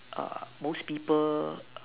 err most people